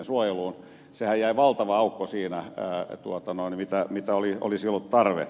siihen nähden jäi valtava aukko mitä olisi ollut tarve